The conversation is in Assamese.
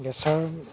গেছৰ